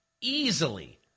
easily